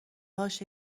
هاش